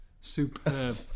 superb